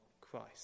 Christ